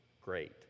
great